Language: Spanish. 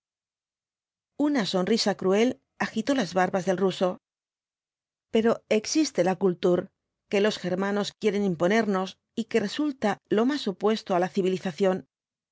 na sonrisa cruel agitó las barbas del ruso pero existe la kultur que los germanos quieren imponernos y que resulta lo más opuesto á la civilización la